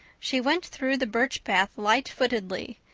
she went through the birch path light-footedly,